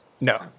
No